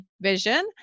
vision